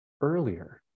earlier